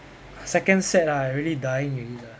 second set ah I already dying already sia